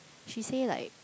she say like